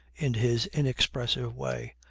in his inexpressive way.